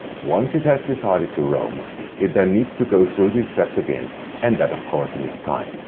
once it has decided to roam it then needs to go through these steps again and that of course needs time.